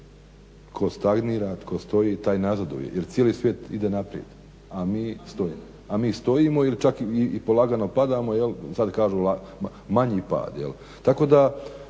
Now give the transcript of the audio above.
tko stagnira, tko stoji taj nazaduje jer cijeli svijet ide naprijed, a mi stojimo ili čak polagano i padamo. Sad kažu manji pad. Tako da